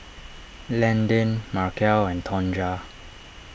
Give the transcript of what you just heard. Landin Markell and Tonja